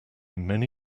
many